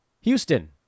Houston